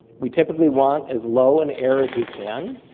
we typically want as low an error as we can.